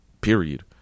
Period